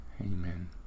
Amen